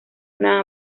una